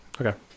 Okay